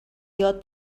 یاد